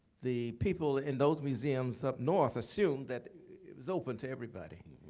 the people in those museums up north, assumed that it was open to everybody.